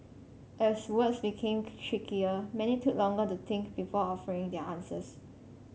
as words became trickier many took longer to think before offering their answers